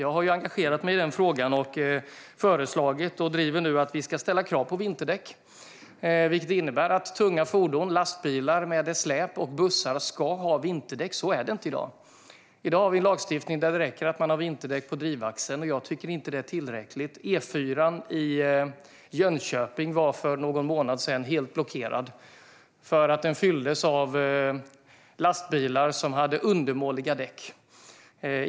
Jag har engagerat mig i frågan, och jag driver nu att det ska ställas krav på vinterdäck. Det innebär att också tunga fordon, lastbilar med släp samt bussar ska ha vinterdäck. Så är det inte i dag. I dag finns en lagstiftning där det räcker med att ha vinterdäck på drivaxeln, och jag tycker inte att det är tillräckligt. Den fylldes av lastbilar med undermåliga däck.